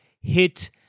hit